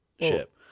ship